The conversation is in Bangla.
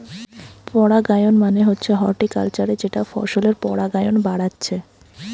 পরাগায়ন মানে হচ্ছে হর্টিকালচারে যেটা ফসলের পরাগায়ন বাড়াচ্ছে